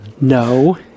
No